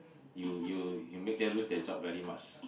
you you you make them lose their job very much